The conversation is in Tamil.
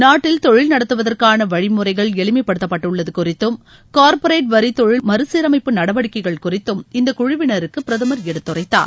நாட்டில் தொழில் நடத்துவதற்கான வழிமுறைகள் எளிமைப்படுத்தப்பட்டுள்ளது குறித்தும் கார்ப்பரேட் வரி தொழில் மறுசீரமைப்பு நடவடிக்கைகள் குறித்தும் இந்தக்குழுவினருக்கு பிரதமர் எடுத்துரைத்தார்